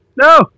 No